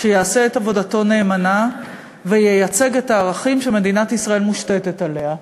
שיעשה את עבודתו נאמנה וייצג את הערכים שמדינת ישראל מושתתת עליהם.